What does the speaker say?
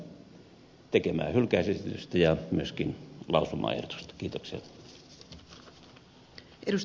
tennilän tekemää hylkäysesitystä ja myöskin lausumaehdotusta